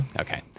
okay